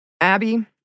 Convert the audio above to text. Abby